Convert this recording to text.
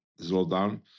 slowdown